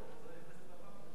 בכל מיני שיטות,